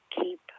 keep